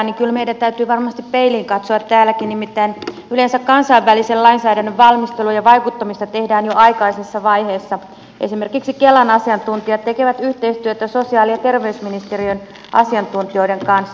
kyllä meidän täytyy varmasti peiliin katsoa täälläkin nimittäin yleensä kansainvälisen lainsäädännön valmistelua ja vaikuttamista tehdään jo aikaisessa vaiheessa esimerkiksi kelan asiantuntijat tekevät yhteistyötä sosiaali ja terveysministeriön asiantuntijoiden kanssa